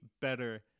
better